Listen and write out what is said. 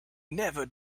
never